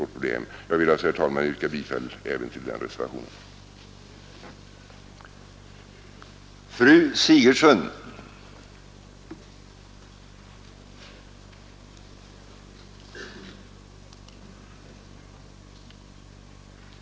35 Jag vill alltså, herr talman, yrka bifall även till reservationen 6 vid socialutskottets betänkande nr 21.